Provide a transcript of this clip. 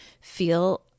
feel